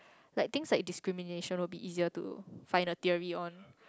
like things like discrimination would be easier to find the theory on